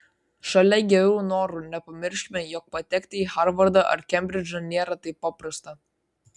šalia gerų norų nepamirškime jog patekti į harvardą ar kembridžą nėra taip paprasta